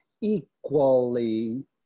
equally